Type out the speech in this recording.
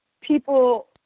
people